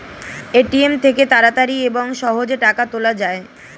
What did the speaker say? ATM থেকে তাড়াতাড়ি এবং সহজে টাকা তোলা যায়